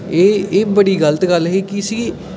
एह् एह् बड़ी गलत गल्ल ही कि इसी